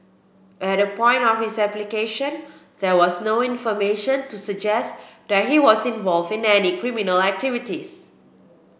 at the point of his application there was no information to suggest that he was involved in any criminal activities